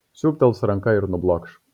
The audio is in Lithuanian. siūbtels ranka ir nublokš